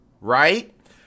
right